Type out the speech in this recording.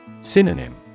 Synonym